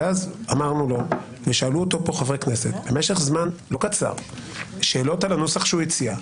שאלו אותו כאן חברי כנסת במשך זמן לא קצר שאלות על הנוסח שהוא הציע,